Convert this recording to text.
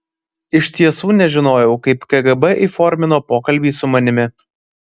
iš tiesų nežinojau kaip kgb įformino pokalbį su manimi